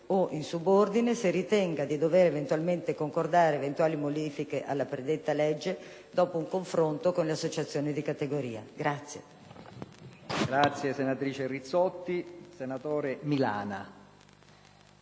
o, in subordine, se ritenga di dover concordare eventuali modifiche alla predetta legge dopo un confronto con le associazioni di categoria.